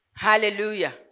Hallelujah